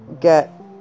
get